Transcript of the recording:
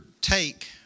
take